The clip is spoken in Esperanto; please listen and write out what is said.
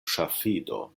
ŝafido